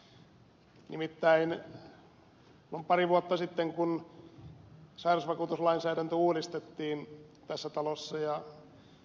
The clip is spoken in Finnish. nimittäin noin pari vuotta sitten kun sairausvakuutuslainsäädäntö uudistettiin tässä talossa ja ed